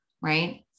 right